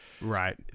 Right